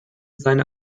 seine